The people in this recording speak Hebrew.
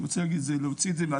אני רוצה להוציא את זה,